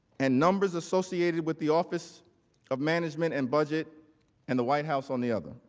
and numbers associated with the office of management and budget and the white house on the other.